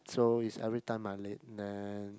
so is every time I late then